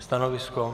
Stanovisko?